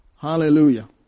Hallelujah